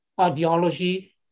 ideology